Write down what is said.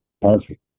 perfect